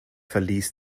verließ